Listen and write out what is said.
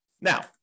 Now